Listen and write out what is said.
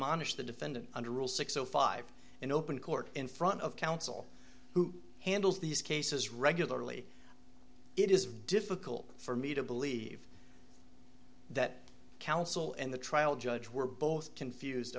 admonish the defendant under rule six o five in open court in front of counsel who handles these cases regularly it is difficult for me to believe that counsel and the trial judge were both confused